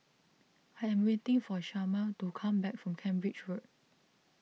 I am waiting for Shamar to come back from Cambridge Road